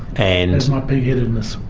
and that's my pig headedness.